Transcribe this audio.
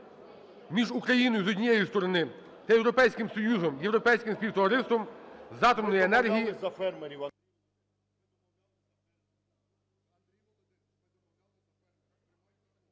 між Україною, з однієї сторони, та Європейським Союзом, Європейським співтовариством з атомної енергії…